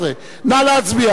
11), נתקבל על-ידי